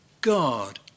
god